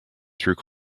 through